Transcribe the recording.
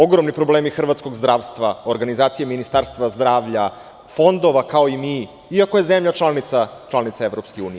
Ogromni problemi hrvatskog zdravstva, organizacije Ministarstva zdravlja, fondova kao i mi, iako je zemlja članica EU.